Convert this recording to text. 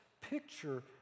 picture